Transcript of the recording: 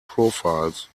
profiles